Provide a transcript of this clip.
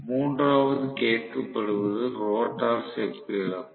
மூன்றாவது கேட்கப்படுவது ரோட்டார் செப்பு இழப்பு